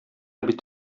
бит